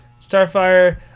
Starfire